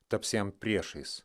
taps jam priešais